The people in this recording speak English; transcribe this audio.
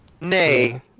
Nay